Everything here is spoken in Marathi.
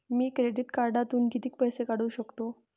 मी क्रेडिट कार्डातून किती पैसे काढू शकतो?